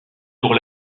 pour